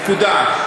נקודה.